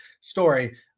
story